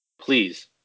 Please